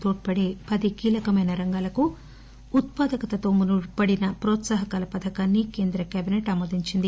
తోడ్చడే పది కీలకమెన రంగాలకు ఉత్పాదకత తో ముడిపడిన న్రోత్సాహకాల పథకాన్ని కేంద్ర క్యాబిసెట్ ఆమోదించింది